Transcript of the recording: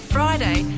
Friday